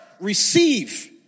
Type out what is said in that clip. receive